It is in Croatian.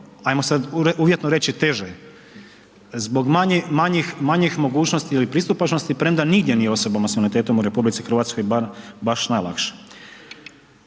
ajmo sad uvjetno reći, teže zbog manjih mogućnosti ili pristupačnosti premda nigdje nije osobama sa invaliditetom u RH baš najlakše.